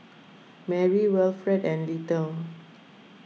Merri Wilfred and Little